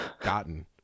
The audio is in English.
gotten